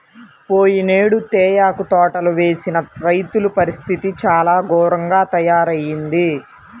పోయినేడు తేయాకు తోటలు వేసిన రైతుల పరిస్థితి చాలా ఘోరంగా తయ్యారయింది